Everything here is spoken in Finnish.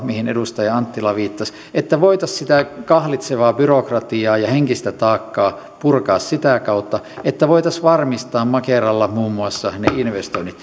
mihin edustaja anttila viittasi että voitaisiin sitä kahlitsevaa byrokratiaa ja henkistä taakkaa purkaa sitä kautta että voitaisiin varmistaa makeralla muun muassa ne investoinnit